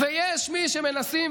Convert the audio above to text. ויש מי שמנסים,